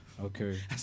Okay